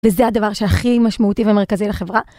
וזה הדבר שהכי משמעותי ומרכזי לחברה.